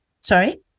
sorry